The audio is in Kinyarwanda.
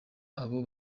abo